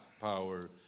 power